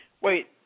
Wait